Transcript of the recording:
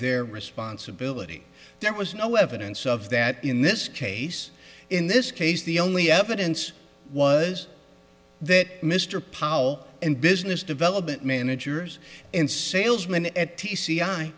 their responsibility there was no evidence of that in this case in this case the only evidence was that mr powell and business development manager and salesman at